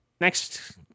Next